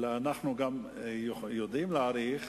ברכה